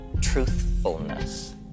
truthfulness